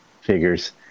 Figures